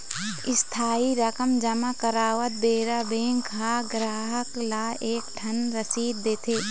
इस्थाई रकम जमा करवात बेरा बेंक ह गराहक ल एक ठन रसीद देथे